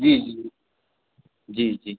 जी जी जी जी